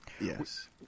Yes